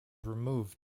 removed